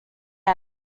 ends